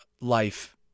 life